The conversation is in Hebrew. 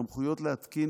סמכויות להתקין